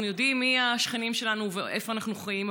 אנחנו יודעים מי השכנים שלנו ואיפה אנחנו חיים,